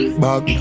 bag